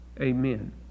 amen